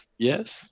Yes